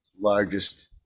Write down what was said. largest